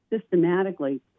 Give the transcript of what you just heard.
systematically